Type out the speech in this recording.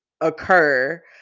occur